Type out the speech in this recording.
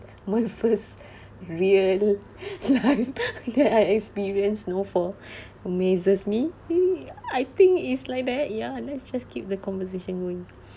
my first real life that I experience snow for amazes me I think is like that ya let's just keep the conversation going